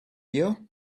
you